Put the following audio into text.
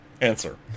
Answer